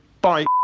Bye